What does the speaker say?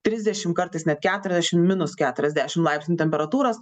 trisdešimt kartais net keturiasdešimt minus keturiasdešimt laipsnių temperatūros